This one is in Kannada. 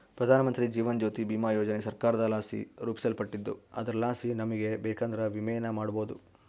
ಪ್ರಧಾನಮಂತ್ರಿ ಜೀವನ ಜ್ಯೋತಿ ಭೀಮಾ ಯೋಜನೆ ಸರ್ಕಾರದಲಾಸಿ ರೂಪಿಸಲ್ಪಟ್ಟಿದ್ದು ಅದರಲಾಸಿ ನಮಿಗೆ ಬೇಕಂದ್ರ ವಿಮೆನ ಮಾಡಬೋದು